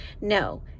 no